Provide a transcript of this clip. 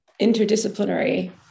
interdisciplinary